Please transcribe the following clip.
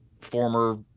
former